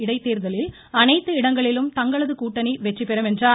இடைத்தேர்தலில் அனைத்து இடங்களிலும் தங்களது கூட்டணி வெற்றிபெறும் என்றார்